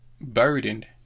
burdened